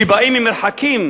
שבאים ממרחקים